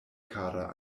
kara